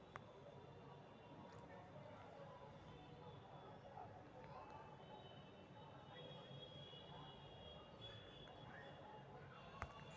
तटीय क्षेत्र सभ में मछरी धरे के व्यवसाय प्रमुख रूप से कएल जाइ छइ